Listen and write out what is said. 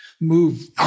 move